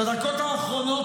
את הדקות האחרונות,